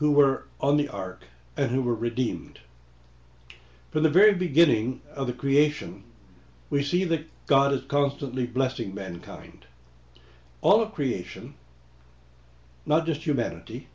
who were on the ark and who were redeemed from the very beginning of the creation we see that god is constantly blessing mankind all of creation not just humanity